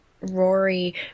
Rory